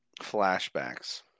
flashbacks